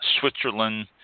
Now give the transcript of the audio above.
Switzerland